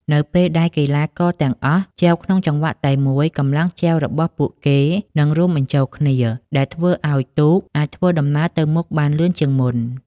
នៅពេលដែលកីឡាករទាំងអស់ចែវក្នុងចង្វាក់តែមួយ កម្លាំងចែវរបស់ពួកគេនឹងរួមបញ្ចូលគ្នា ដែលធ្វើឲ្យទូកអាចធ្វើដំណើរទៅមុខបានលឿនជាងមុន។